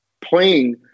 playing